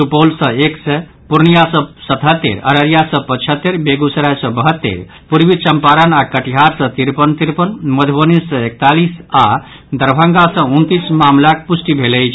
सुपैल सँ एक सय पूर्णियां सँ सतहत्तरि अररिया सँ पचहत्तरि बेगूसराय सँ बहत्तरि पूर्वी चम्परण आओर कटिहार सँ तिरपन तिरपन मधुबनी सँ एकतालीस आ दरभंगा सँ उनतीस मामिलाक पुष्टि भेल अछि